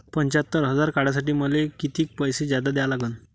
पंच्यात्तर हजार काढासाठी मले कितीक पैसे जादा द्या लागन?